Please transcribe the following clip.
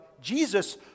Jesus